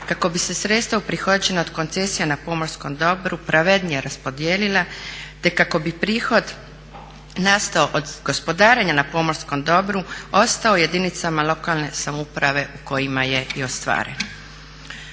kako bi se sredstva uprihođena od koncesija na pomorskom dobru pravednije raspodijelila te kako bi prihod nastao od gospodarenja na pomorskom dobru ostao u jedinicama lokalne samouprave u kojima je i ostvaren.